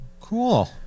cool